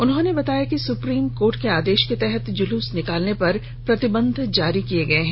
उन्होंने बताया कि सुप्रीम कोर्ट के आदेश के तहत जुलूस निकालने पर प्रतिबंध जारी किए गए हैं